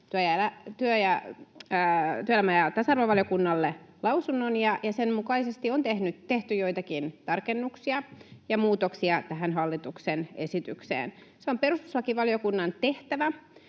työelämä- ja tasa-arvovaliokunnalle lausunnon ja sen mukaisesti on tehty joitakin tarkennuksia ja muutoksia tähän hallituksen esitykseen. On perustuslakivaliokunnan tehtävä